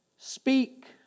Speak